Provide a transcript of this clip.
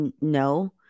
No